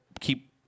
keep